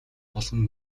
болон